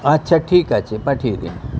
আচ্ছা ঠিক আছে পাঠিয়ে দিন